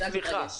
אז אל תתרגש.